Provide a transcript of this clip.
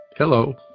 Hello